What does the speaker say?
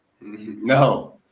No